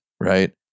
right